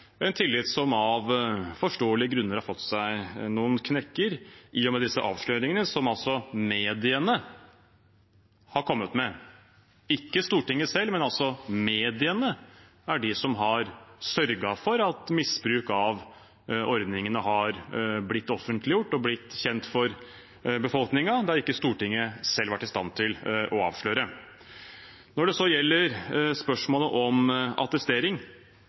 en tillit som av forståelige grunner har fått seg noen knekker, i og med disse avsløringene, som altså mediene har kommet med, ikke Stortinget selv. Det er mediene som har sørget for at misbruk av ordningene har blitt offentliggjort og kjent for befolkningen. Det har ikke Stortinget selv vært i stand til å avsløre. Når det så gjelder spørsmålet om attestering,